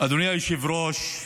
אדוני היושב-ראש,